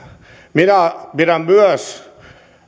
minä pidän myös